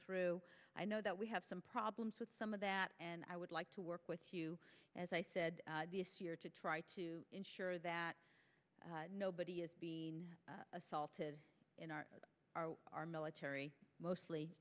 through i know that we have some problems with some of that and i would like to work with you as i said this year to try to ensure that nobody is assaulted in our our our military mostly